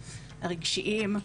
הרגשיים,